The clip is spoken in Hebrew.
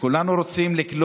הוא מקבל